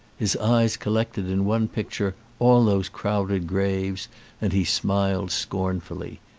his eyes collected in one picture all those crowded graves and he smiled scornfully.